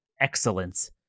excellence